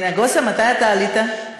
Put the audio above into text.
נגוסה, מתי אתה עלית?